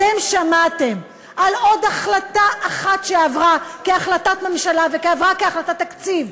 אתם שמעתם על עוד החלטה אחת שעברה כהחלטת ממשלה ועברה כהחלטת תקציב,